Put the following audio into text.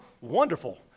Wonderful